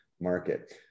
market